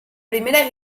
primera